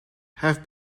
have